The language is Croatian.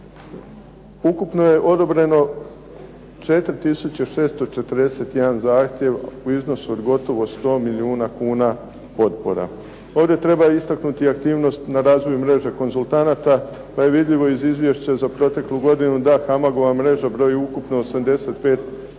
Ukupno je odobreno 4 tisuće 641 zahtjev u iznosu od gotovo 100 milijuna kuna potpora. Ovdje treba istaknuti i aktivnost na razvoju mreže konzultanata pa je vidljivo iz izvješća za proteklu godinu da "HAMAG-ova" mreža broji ukupno 85